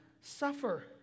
suffer